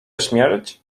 śmierć